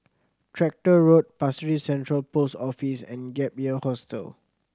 Tractor Road Pasir Ris Central Post Office and Gap Year Hostel